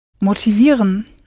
Motivieren